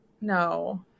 No